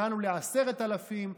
הגענו ל-10,000?